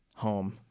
home